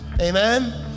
amen